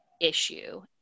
issue